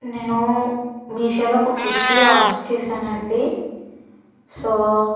నేను మీషోలో ఒక కుత్తీ ఆర్డర్ చేసానండి సో